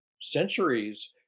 centuries